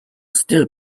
still